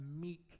meek